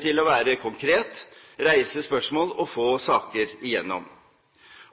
til å være konkret, reise spørsmål og få saker igjennom.